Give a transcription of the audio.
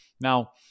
Now